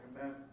Amen